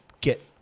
get